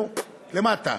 אנחנו למטה.